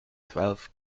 twelve